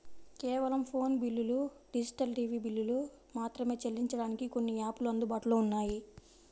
కేవలం ఫోను బిల్లులు, digital TV బిల్లులు మాత్రమే చెల్లించడానికి కొన్ని యాపులు అందుబాటులో ఉన్నాయి